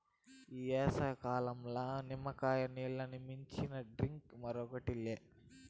ఈ ఏసంకాలంల నిమ్మకాయ నీల్లని మించిన డ్రింక్ మరోటి లే